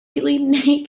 completely